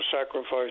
sacrifice